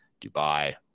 Dubai